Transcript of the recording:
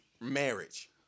marriage